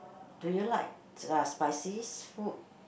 do you like uh spicy food